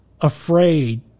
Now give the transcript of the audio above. afraid